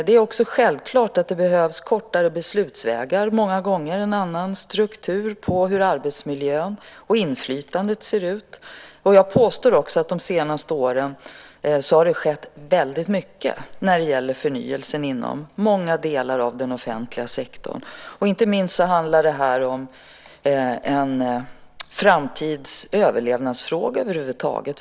Det är också självklart att det behövs kortare beslutsvägar många gånger, en annan struktur på hur arbetsmiljön och inflytandet ser ut. Jag påstår också att det de senaste åren har skett väldigt mycket när det gäller förnyelsen inom många delar av den offentliga sektorn. Inte minst handlar det här om en framtida överlevnadsfråga över huvud taget.